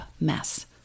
mess